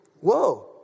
Whoa